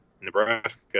Nebraska –